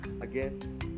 again